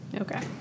Okay